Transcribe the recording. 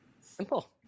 Simple